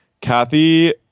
Kathy